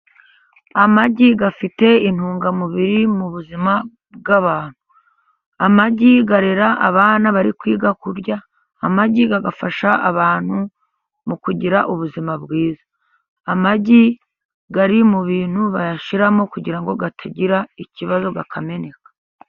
Amagi afite intungamubiri mu buzima bw'abantu, amagi arera abana bari kwiga kurya, amagi afasha abantu mu kugira ubuzima bwiza. Amagi ari mu bintu bayashyiramo kugira ngo atagira ikibazo akameneka.